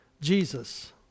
Jesus